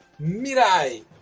mirai